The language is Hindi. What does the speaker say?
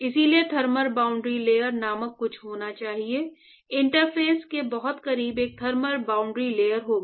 इसलिए थर्मल बाउंड्री लेयर नामक कुछ होना चाहिए इंटरफेस के बहुत करीब एक थर्मल बाउंड्री लेयर होगी